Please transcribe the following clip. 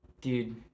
Dude